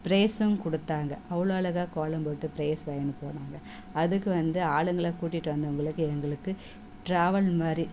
ப்ரைஸும் கொடுத்தாங்க அவ்வளோ அழகா கோலம் போட்டு ப்ரைஸ் வாங்கின்னு போனாங்க அதுக்கு வந்து ஆளுங்களை கூட்டிகிட்டு வந்தவங்களுக்கு எங்களுக்கு ட்ராவல் மாதிரி